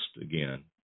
again